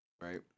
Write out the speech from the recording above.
right